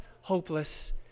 hopeless